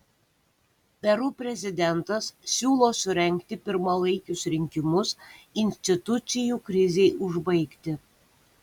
peru prezidentas siūlo surengti pirmalaikius rinkimus institucijų krizei užbaigti